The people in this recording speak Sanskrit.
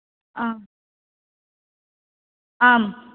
आम् आम्